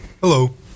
Hello